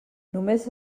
només